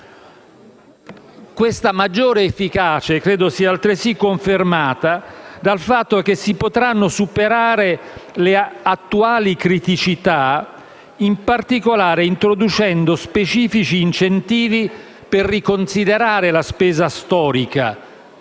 Questa maggior efficacia è altresì confermata dal fatto che si potranno superare le attuali criticità, in particolare introducendo specifici incentivi per riconsiderare la spesa storica,